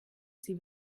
sie